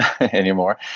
anymore